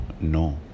no